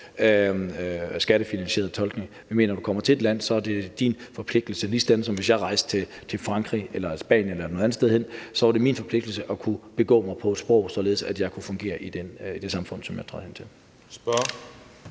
skattefinansieret tolkning. Vi mener, at når du kommer til et land, er det din forpligtelse – ligesådan som hvis jeg rejste til Frankrig eller Spanien eller et andet sted hen, så var det min forpligtelse at kunne begå mig på sproget, således at jeg kunne fungere i det samfund, som jeg er rejst hen til.